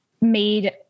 made